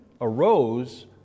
arose